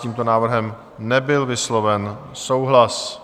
S tímto návrhem nebyl vysloven souhlas.